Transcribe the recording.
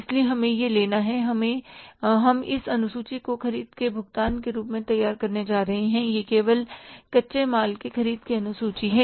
इसलिए हमें यहां लेना है हम इस अनुसूची को ख़रीद के भुगतान के रूप में तैयार करने जा रहे हैं यह केवल कच्चे माल के ख़रीद की अनुसूची है